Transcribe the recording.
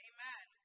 Amen